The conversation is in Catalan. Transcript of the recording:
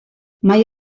mai